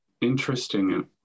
interesting